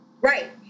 right